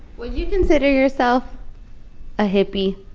would you consider yourself a hippie?